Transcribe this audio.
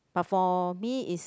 but for me is